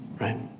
right